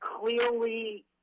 clearly